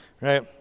right